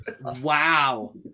wow